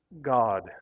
God